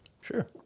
Sure